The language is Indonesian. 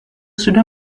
sudah